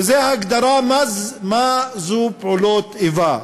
וזאת ההגדרה של "פעולות איבה".